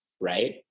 right